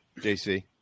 JC